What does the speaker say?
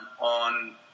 on